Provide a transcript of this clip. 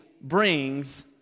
brings